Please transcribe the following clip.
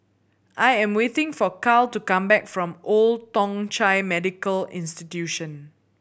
I am waiting for Carl to come back from Old Thong Chai Medical Institution